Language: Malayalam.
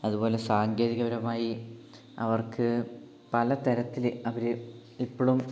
അതുപോലെ സാങ്കേതികപരമായി അവർക്ക് പല തരത്തിൽ അവര് ഇപ്പോഴും